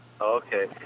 Okay